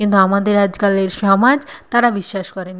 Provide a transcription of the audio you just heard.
কিন্তু আমাদের আজকালের সমাজ তারা বিশ্বাস করেনি